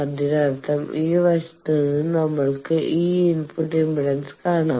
അതിനർത്ഥം ഈ വശത്ത് നിന്ന് നമ്മൾക്ക് ഈ ഇൻപുട്ട് ഇംപെഡൻസ് കാണാം